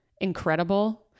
incredible